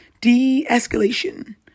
de-escalation